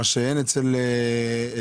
מה שאין אצל משפחתונים,